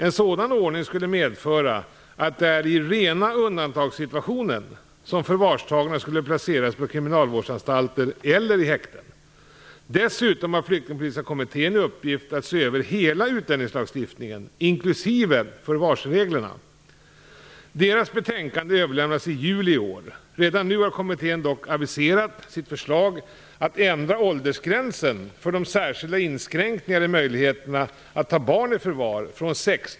En sådan ordning skulle medföra att det är i rena undantagssituationen som förvarstagna skulle placeras på kriminalvårdsanstalter eller i häkten. Dessutom har Flyktingpolitiska kommittén i uppgift att se över hela utlänningslagstiftningen, inklusive förvarsreglerna. Deras betänkande överlämnas i juli i år. Redan nu har kommittén dock aviserat sitt förslag att ändra åldersgränsen från 16 till 18 år för de särskilda inskränkningarna i möjligheterna att ta barn i förvar.